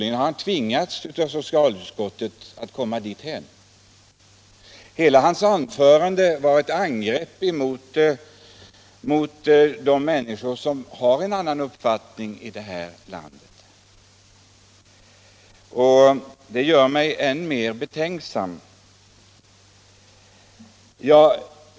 Det verkar som om han av socialutskottet tvingats att komma dithän. Hela hans anförande var ett angrepp mot de människor i detta land som har en annan uppfattning. Det gör mig än mer betänksam.